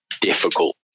difficult